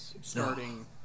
starting